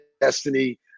destiny